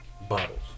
bottles